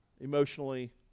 Emotionally